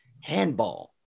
handball